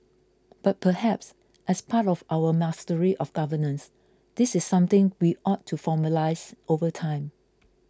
but perhaps as part of our mastery of governance this is something we ought to formalise over time